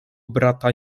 brata